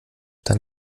dann